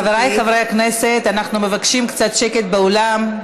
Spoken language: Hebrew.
חבריי חברי הכנסת, אנחנו מבקשים קצת שקט באולם.